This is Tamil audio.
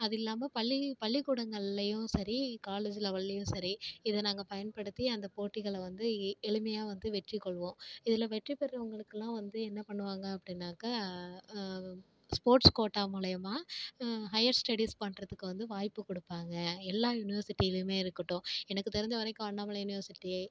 அது இல்லாமல் பள்ளி பள்ளிக்கூடங்கள்லேயும் சரி காலேஜ் லெவல்லேயும் சரி இது நாங்கள் பயன்படுத்தி அந்த போட்டிகளை வந்து எ எளிமையாக வந்து வெற்றிக்கொள்வோம் இதில் வெற்றி பெர்றவங்களுக்குலாம் வந்து என்ன பண்ணுவாங்கள் அப்படின்னாக்கா ஸ்போர்ட்ஸ் கோட்டா மூலிமா ஹையர் ஸ்டெடீஸ் பண்ணுறதுக்கு வந்து வாய்ப்புக் கொடுப்பாங்க எல்லா யுனிவர்சிட்டிலேயுமே இருக்கட்டும் எனக்கு தெரிஞ்ச வரைக்கும் அண்ணாமலை யுனிவர்சிட்டி